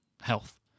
health